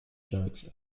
jokes